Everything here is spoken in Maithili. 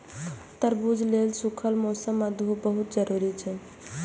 तरबूज लेल सूखल मौसम आ धूप बहुत जरूरी छै